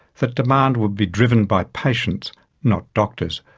that demand would be driven by patients not doctors,